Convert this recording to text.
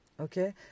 Okay